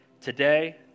Today